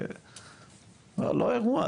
זה לא אירוע,